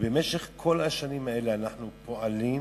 ובמשך כל השנים האלה אנחנו פועלים